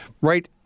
right